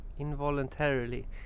involuntarily